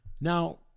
Now